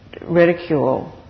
ridicule